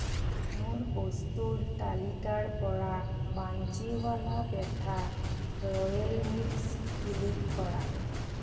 মোৰ বস্তুৰ তালিকাৰ পৰা Bansiwala petha royal mix delete কৰা